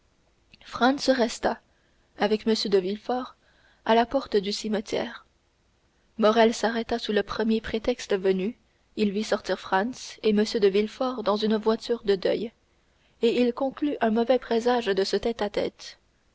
leur franz resta avec m de villefort à la porte du cimetière morrel s'arrêta sous le premier prétexte venu il vit sortir franz et m de villefort dans une voiture de deuil et il conclut un mauvais présage de ce tête-à-tête